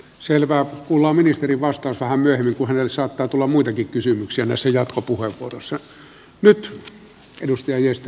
selvä kuullaan ministerin vastaus vähän myöhemmin kun hänelle saattaa tulla muitakin kysymyksiä näissä jatkopuheenvuoroissa